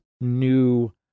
new